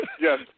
Yes